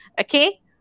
okay